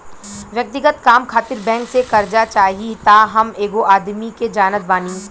व्यक्तिगत काम खातिर बैंक से कार्जा चाही त हम एगो आदमी के जानत बानी